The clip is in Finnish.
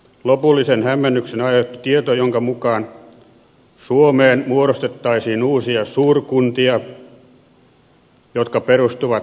lopullisen hämmennyksen aiheutti tieto jonka mukaan suomeen muodostettaisiin uusia suurkuntia jotka perustuvat työssäkäyntialueisiin